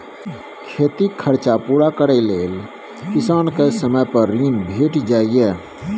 खेतीक खरचा पुरा करय लेल किसान केँ समय पर ऋण भेटि जाइए